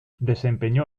desempeñó